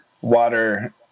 water